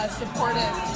supportive